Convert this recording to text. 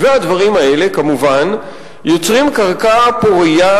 והדברים האלה כמובן יוצרים קרקע פורייה